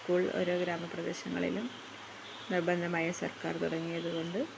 school ഓരോ ഗ്രാമപ്രദേശങ്ങളിലും നിർബന്ധമായി സർക്കാർ തുടങ്ങിയതുകൊണ്ട്